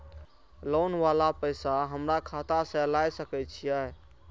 Loan वाला पैसा हमरा खाता से लाय सके छीये?